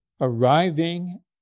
arriving